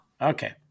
Okay